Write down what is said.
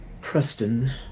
Preston